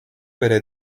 bere